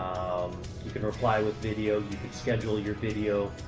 um you can reply with video, you can schedule your video,